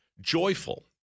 Joyful